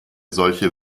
solche